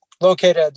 located